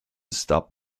stop